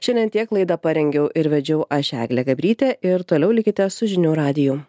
šiandien tiek laidą parengiau ir vedžiau aš eglė gabrytė ir toliau likite su žinių radiju